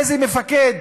איזה מפקד